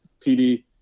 TD